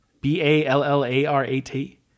B-A-L-L-A-R-A-T